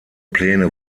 pläne